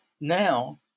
now